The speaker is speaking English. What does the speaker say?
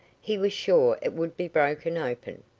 he was sure it would be broken open,